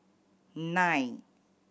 nine